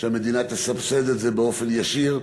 שהמדינה תסבסד את זה באופן ישיר,